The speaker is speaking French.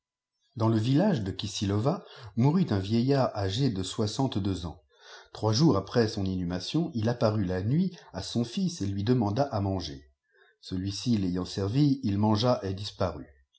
dans le village de kisilova mourut un vieillard âgé de soixantedeux ans trois jour après son inhumation il apparut la nuit à son fils et lui demanda à manger celui-ci rayant servi h mangea et disparut